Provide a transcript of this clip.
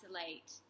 isolate